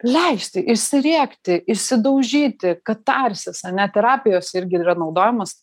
leisti išsirėkti išsidaužyti katarsis ane terapijos irgi yra naudojamos